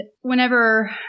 whenever